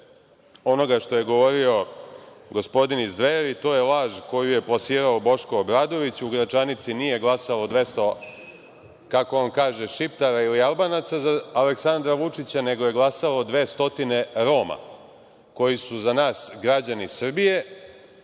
onoga što je govorio gospodin iz Dveri, to je laž koju je plasirao gospodin Boško Obradović. U Gračanici nije glasalo 200, kako on kaže, Šiptara ili Albanaca za Aleksandra Vučića, nego je glasalo 200 Roma, koji su za nas građani Srbije,